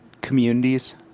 communities